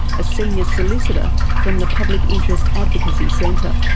a senior solicitor from the public interest advocacy centre.